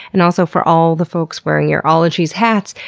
and also, for all the folks wearing your ologies hats,